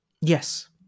Yes